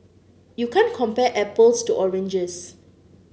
you can't compare apples to oranges